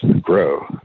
grow